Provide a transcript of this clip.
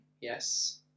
Yes